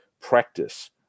practice